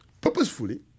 purposefully